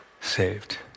saved